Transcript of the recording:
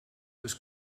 was